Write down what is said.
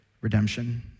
redemption